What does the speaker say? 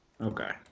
Okay